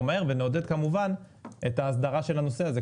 מהר ונעודד כמובן את ההסדרה של הנושא הזה.